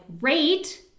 rate